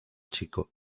chico